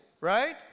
right